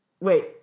Wait